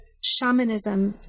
shamanism